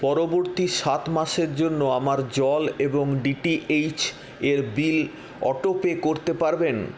পরবর্তী সাত মাসের জন্য আমার জল এবং ডি টি এইচের বিল অটো পে করতে পারবেন